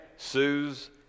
sues